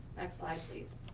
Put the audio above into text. next slide, please.